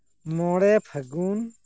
ᱢᱚᱬᱮ ᱯᱷᱟᱹᱜᱩᱱ